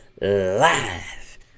Live